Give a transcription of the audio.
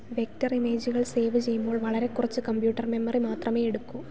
vector ഇമേജുകൾ save ചെയ്യുമ്പോൾ വളരെ കുറച്ച് കമ്പ്യൂട്ടർ മെമ്മറി മാത്രമേയെടുക്കൂ